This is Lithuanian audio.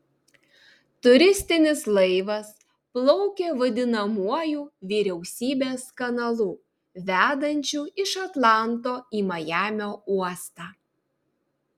turistinis laivas plaukė vadinamuoju vyriausybės kanalu vedančiu iš atlanto į majamio uostą